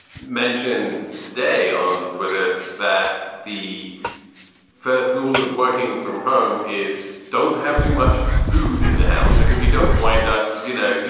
mentioned today on twitter that the first rule of working from home is don't have too much food in the house because you just whine that, you know,